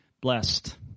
blessed